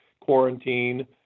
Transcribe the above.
quarantine